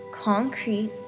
concrete